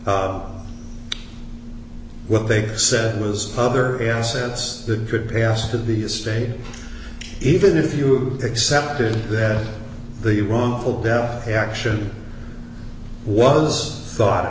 what they said was other assets that could pass to the state even if you accepted that the wrongful death action was thought it